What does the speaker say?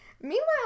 Meanwhile